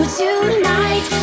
tonight